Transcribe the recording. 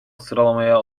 sıralamaya